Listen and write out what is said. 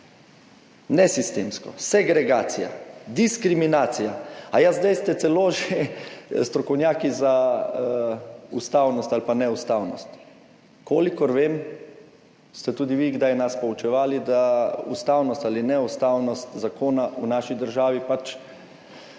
nesistemsko, segregacija, diskriminacija, aja, zdaj ste celo že strokovnjaki za ustavnost ali pa neustavnost. Kolikor vem, ste tudi vi kdaj nas poučevali, da ustavnost ali neustavnost zakona v naši državi pač